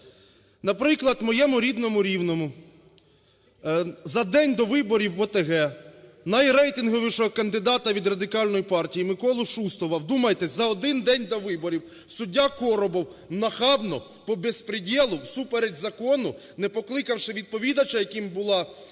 Наприклад, в моєму рідному Рівному за день до виборів в ОТГ найрейтинговішого кандидата від Радикальної партії Миколу Шустова, вдумайтесь, за один день до виборів суддя Коробов нахабно по безпрєдєлу всупереч закону, не покликавши відповідача, яким була